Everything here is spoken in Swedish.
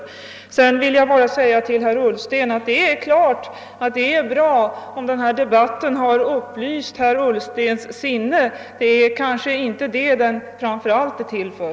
Vidare vill jag bara säga till herr Ullsten, att det är klart att det i och för sig är bra om denna debatt har upp: lyst herr Ullstens sinne. Men det är kanske inte det den framför allt är till för.